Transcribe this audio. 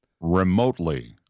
Remotely